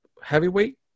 Heavyweight